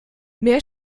mehr